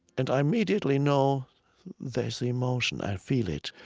and i immediately know that is emotion. i feel it.